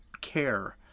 care